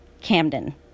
Camden